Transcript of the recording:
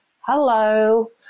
hello